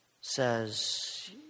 says